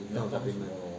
有没有 supplement